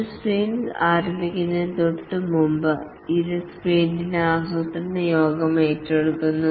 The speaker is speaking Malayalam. ഒരു സ്പ്രിന്റ് ആരംഭിക്കുന്നതിന് തൊട്ടുമുമ്പ് ഇത് സ്പ്രിന്റ് ആസൂത്രണ യോഗം ഏറ്റെടുക്കുന്നു